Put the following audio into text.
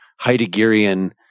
Heideggerian –